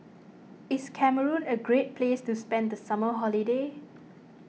is Cameroon a great place to spend the summer holiday